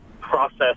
process